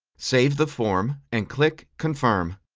save the form and click confirm.